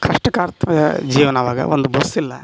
ಕಷ್ಟಕಾರ್ತ್ವ ಜೀವನ ಆವಾಗ ಒಂದು ಬಸ್ಸಿಲ್ಲ